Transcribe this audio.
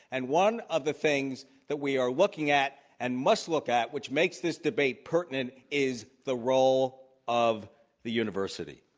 and one of the things that we are looking at and must look at which makes this debate pertinent is the role of the university.